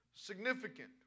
significant